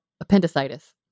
Appendicitis